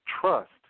trust